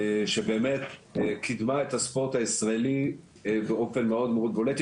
שבאמת קידמה את הספורט הישראלי באופן מאוד מאוד בולט.